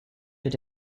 rid